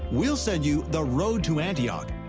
we'll send you the road to antioch,